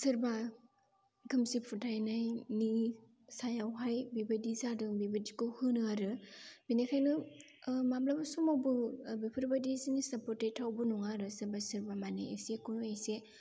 सोरबा खोमसि फोथाइनायनि सायावहाय बेबायदि जादों बेबायदिखौ होनो आरो बेनिखायनो माब्लाबा समावबो बेफोरबादि जिनिसावबो फोथाइथाव नङा आरो सोरबा सोरबा मानि एसेखौनो एसे